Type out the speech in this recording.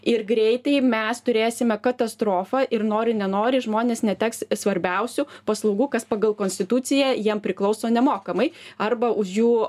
ir greitai mes turėsime katastrofą ir nori nenori žmonės neteks svarbiausių paslaugų kas pagal konstituciją jiem priklauso nemokamai arba už jų